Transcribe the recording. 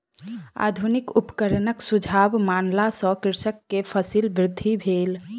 आधुनिक उपकरणक सुझाव मानला सॅ कृषक के फसील वृद्धि भेल